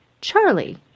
Charlie